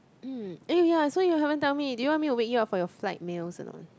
mm eh ya ya so you haven't tell me do you want me to wake you up for your flight meals or not